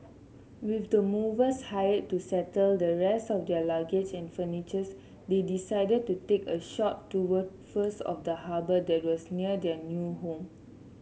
with the movers hired to settle the rest of their luggage and furniture they decided to take a short tour first of the harbour that was near their new home